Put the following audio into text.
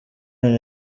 imana